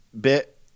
bit